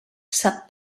sap